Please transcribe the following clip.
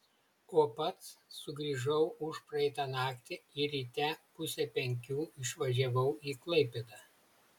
o pats sugrįžau užpraeitą naktį ir ryte pusę penkių išvažiavau į klaipėdą